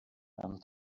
and